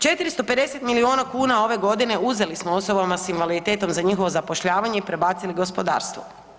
450 milijuna kuna ove godine uzeli smo osobama s invaliditetom za njihovo zapošljavanje i prebacili gospodarstvu.